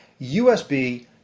USB